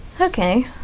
Okay